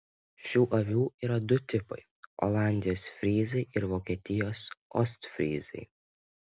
šių avių yra du tipai olandijos fryzai ir vokietijos ostfryzai